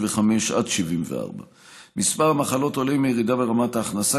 עד 74. מספר המחלות עולה עם הירידה ברמת ההכנסה,